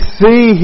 see